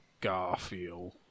Garfield